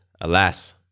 alas